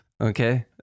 Okay